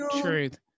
truth